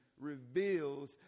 reveals